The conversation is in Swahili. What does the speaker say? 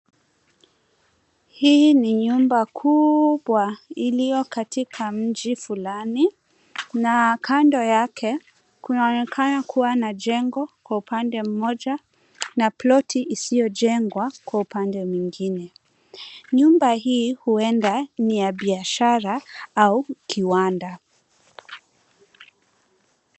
Hii ni nyumba kubwa iliyo katika mji fulani na kando yake kunaonekana kuwa na jengo kwa upande mmoja na ploti isiyojengwa kwa upande mwingine. Nyumba hii huenda ni ya biashara au kiwanda.